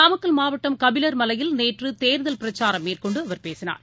நாமக்கல் மாவட்டம் கபிலர் மலையில் நேற்றுதேர்தல் பிரச்சாரம் மேற்கொண்டுஅவர் பேசினார்